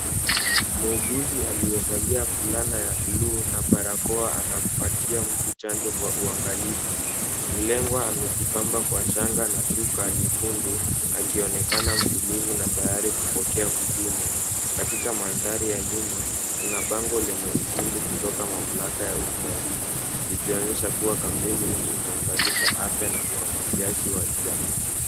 Muuguzi aliyevalia fulana ya blue na barakoa anampatia mtu chanjo kwa uangalifu. Mlengwa amejipamba kwa shanga na shuka nyekundu, akionekana mtulivu na tayari kupokea huduma. Katika mandhari ya nyuma, kuna bango lenye ujumbe kutoka mamlaka ya utalii, likionyesha kuwa kampeni hii inaunganisha afya na uhamasishaji wa jamii.